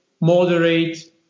moderate